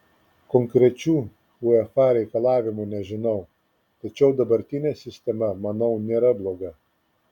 konkrečių uefa reikalavimų nežinau tačiau dabartinė sistema manau nėra bloga